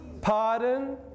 Pardon